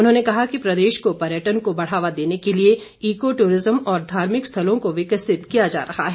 उन्होंने कहा कि प्रदेश को पर्यटन को बढ़ावा देने के लिए ईको टूरिज्म और धार्मिक स्थलों को विकसित किया जा रहा है